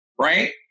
right